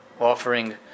offering